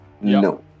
No